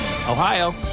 Ohio